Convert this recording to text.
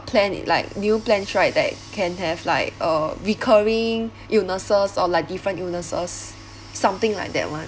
plan like new plans right that can have like a recurring illnesses or like different illnesses something like that one